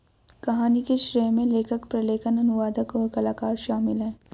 कहानी के श्रेय में लेखक, प्रलेखन, अनुवादक, और कलाकार शामिल हैं